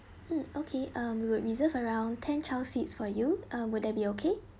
mm okay um we would reserve around ten child seats for you um will there be okay